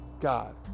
God